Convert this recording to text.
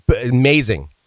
amazing